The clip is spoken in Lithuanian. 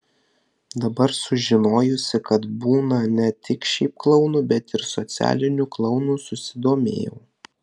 dabar sužinojusi kad būna ne tik šiaip klounų bet ir socialinių klounų susidomėjau